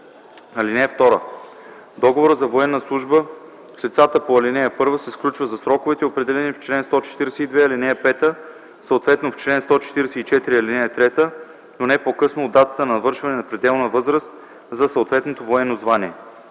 (2) Договорът за военна служба с лицата по ал. 3 се сключва за сроковете, определени в чл. 142, ал. 5, съответно в чл. 144, ал. 3, но не по-късно от датата на навършване на пределна възраст за съответното военно звание.